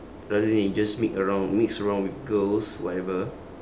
rather than you just mi~ around mix around with girls whatever